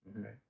okay